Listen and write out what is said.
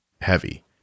heavy